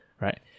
right